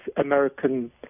American